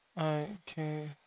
Okay